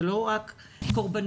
זה לא רק קורבנות.